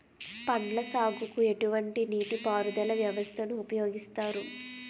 పండ్ల సాగుకు ఎటువంటి నీటి పారుదల వ్యవస్థను ఉపయోగిస్తారు?